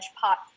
pot